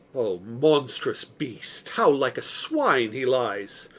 o monstrous beast! how like a swine he lies!